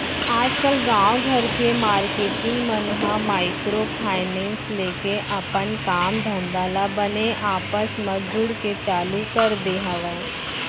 आजकल गाँव घर के मारकेटिंग मन ह माइक्रो फायनेंस लेके अपन काम धंधा ल बने आपस म जुड़के चालू कर दे हवय